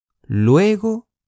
Luego